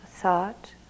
thought